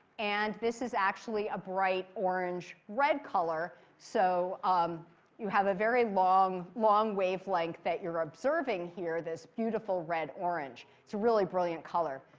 and this is actually a bright orange red color. so um you have a very long, long wavelength that you're observing here. this beautiful red orange. it's a really brilliant color.